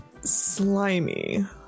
slimy